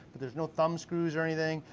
but there's no thumb screws or anything,